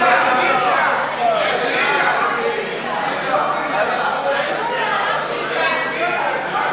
ההצעה להסיר מסדר-היום את הצעת חוק